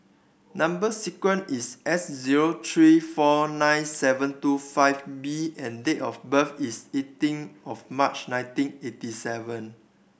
number sequence is S zero three four nine seven two five B and date of birth is eighteen of March nineteen eighty seven